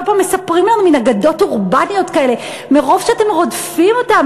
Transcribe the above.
כל פעם מספרים לנו מין אגדות אורבניות כאלה: מרוב שאתם רודפים אותם,